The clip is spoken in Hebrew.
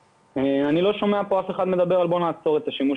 אני לא שומע אף אחד מדבר על לעצור את השימוש